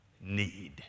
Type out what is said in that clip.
need